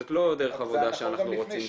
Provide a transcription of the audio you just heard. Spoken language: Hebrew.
זאת לא דרך עבודה שאנחנו רוצים ש-